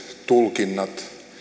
tulkinnat